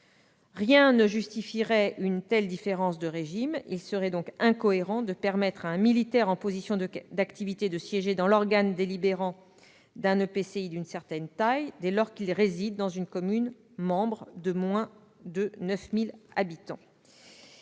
Rien ne justifierait une telle différence de régime ! Il serait donc incohérent de permettre à un militaire en position d'activité de siéger dans l'organe délibérant d'un EPCI d'une certaine taille, dès lors qu'il réside dans une commune membre de moins de 9 000 habitants